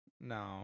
no